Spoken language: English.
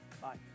bye